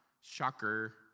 Shocker